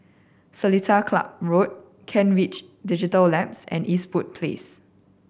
Seletar Club Road Kent Ridge Digital Labs and Eastwood Place